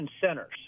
centers